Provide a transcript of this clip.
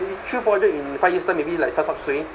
if it's three four hundred in five years time maybe like sap sap sui